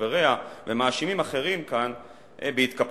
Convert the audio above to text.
וחבריה ומאשימים אחרים כאן בהתקפלויות,